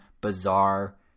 bizarre